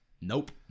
Nope